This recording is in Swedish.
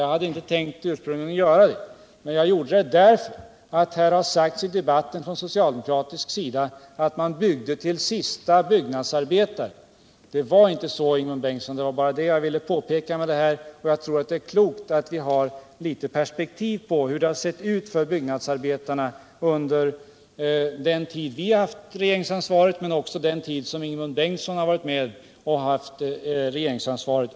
Jag hade inte ursprungligen tänkt göra det, men jag gjorde det därför att det från socialdemokratiskt håll har sagts här i debatten att man byggde till den siste byggnadsarbetaren. Det var inte så, Ingemund Bengtsson. Det var bara det jag ville påpeka med det anförda. Och jag tror att det är klokt att ha litet perspektiv på hur det har sett ut för byggnadsarbetarna under den tid vi har haft regeringsansvaret men också under den tid då Ingemund Bengtsson var med och hade regerings ansvaret.